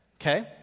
Okay